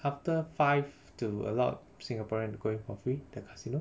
after five to allow singaporean to go in for free the casino